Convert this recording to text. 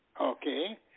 Okay